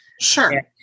Sure